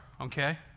okay